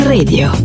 Radio